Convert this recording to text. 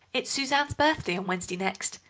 it's suzanne's birthday on wednesday next,